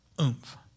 Oomph